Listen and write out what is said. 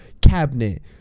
cabinet